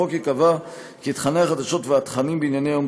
בחוק ייקבע כי תוכני החדשות והתכנים בענייני היום